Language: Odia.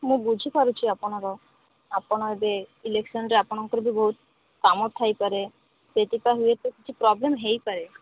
ମୁଁ ବୁଝିପାରୁଛି ଆପଣଙ୍କର ଆପଣ ଏବେ ଇଲେକ୍ସନରେ ଆପଣଙ୍କର ବି ବହୁତ କାମ ଥାଇପାରେ ସେଥିପାଇଁ ହୁଏତ ପ୍ରୋବ୍ଲେମ ହୋଇପାରେ